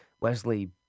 Wesley